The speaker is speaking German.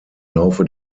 laufe